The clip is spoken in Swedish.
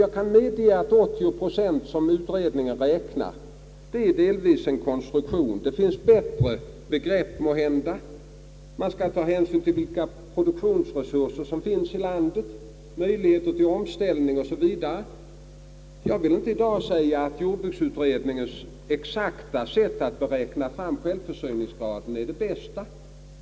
Jag kan medge att den kalorimässigt 80 procentiga självförsörjningsgrad som utredningen räknat fram delvis är en konstruktion. Det finns kanske bättre begrepp; man kan ta hänsyn till vilka produktionsresurser som finns i landet och till omställningsmöjligheter från andra utgångspunkter. Jag vill i dag inte säga att jordbruksutredningens sätt att räkna fram självförsörjningsgraden är det bästa.